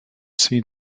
seen